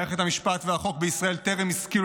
מערכת המשפט והחוק בישראל טרם השכילו